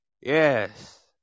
Yes